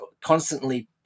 constantly